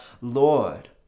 Lord